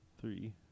three